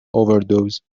overdose